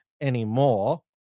anymore